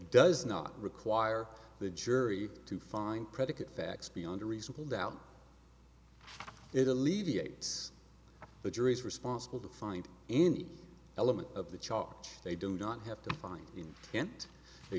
does not require the jury to find predicate facts beyond a reasonable doubt it alleviates the jury's responsible to find any element of the charge they do not have to find